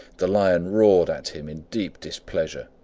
the lion roared at him in deep displeasure,